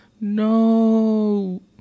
No